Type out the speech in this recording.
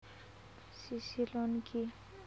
CC loan কি?